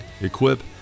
equip